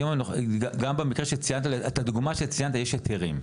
גם לדוגמה שציינת יש היתרים,